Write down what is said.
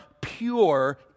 pure